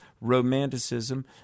romanticism